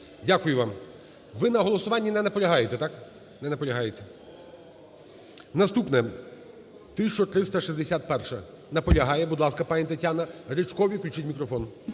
Дякую вам. Ви на голосуванні не наполягаєте, так? Не наполягаєте. Наступна - 1361-а. Наполягає. Будь ласка, пані Тетяна. Ричковій включіть мікрофон.